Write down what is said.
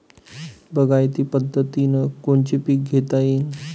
बागायती पद्धतीनं कोनचे पीक घेता येईन?